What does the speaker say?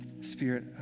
Spirit